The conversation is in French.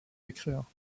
écrire